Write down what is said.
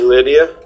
Lydia